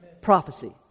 prophecy